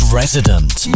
resident